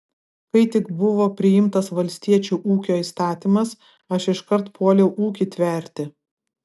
kai tik buvo priimtas valstiečių ūkio įstatymas aš iškart puoliau ūkį tverti